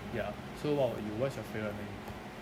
ya so what about you what's your favourite memory